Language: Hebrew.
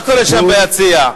מה קורה שם ביציע?